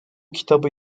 kitabı